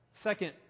Second